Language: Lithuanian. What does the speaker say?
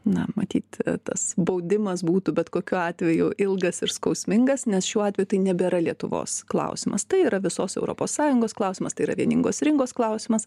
na matyt tas baudimas būtų bet kokiu atveju ilgas ir skausmingas nes šiuo atveju tai nebėra lietuvos klausimas tai yra visos europos sąjungos klausimas tai yra vieningos rinkos klausimas